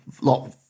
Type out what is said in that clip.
lot